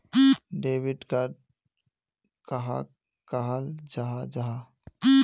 Debit card कहाक कहाल जाहा जाहा?